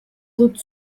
dut